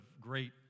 great